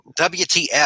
WTF